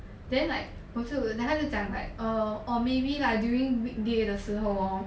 then like 我就 then 他就讲 like err or maybe like during weekday 的时候 lor